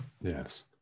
Yes